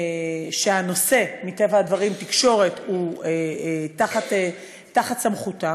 שנושא התקשורת, מטבע הדברים הוא תחת סמכותה,